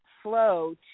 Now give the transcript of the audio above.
flow